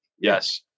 Yes